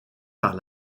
par